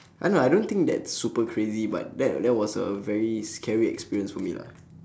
uh nah I don't think that's super crazy but that that was a very scary experience for me lah